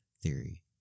theory